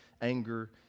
anger